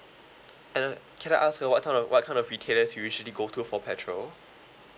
and can I ask uh what type of what kind of retailers you usually go to for petrol